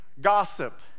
gossip